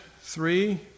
Three